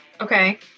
Okay